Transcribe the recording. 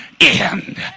end